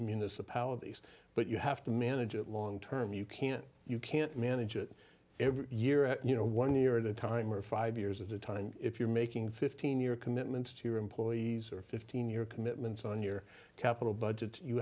municipalities but you have to manage it long term you can't you can't manage it every year or you know one year at a time or five years at a time if you're making fifteen year commitment to your employees or fifteen your commitments on your capital budget you